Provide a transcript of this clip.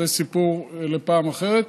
זה סיפור לפעם אחרת.